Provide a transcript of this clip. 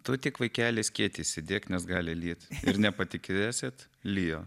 tu tik vaikeli skėtį įsidėk nes gali lyt ir nepatikėsit lijo